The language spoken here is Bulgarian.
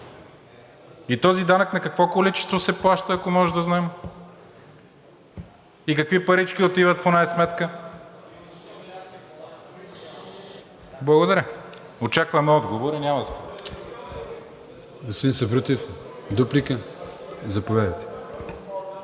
И този данък на какво количество се плаща, ако можем да знаем? И какви парички отиват в онази сметка? Благодаря. Очакваме отговори.